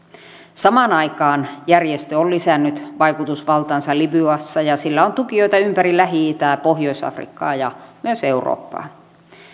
samaan aikaan järjestö on lisännyt vaikutusvaltaansa libyassa ja sillä on tukijoita ympäri lähi itää pohjois afrikkaa ja myös eurooppaa